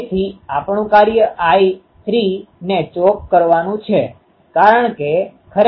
તેથી આપણુ કાર્ય આ આઇ 3 ને ચોક chokeગૂંગળવું કરવાનું છે